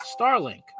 Starlink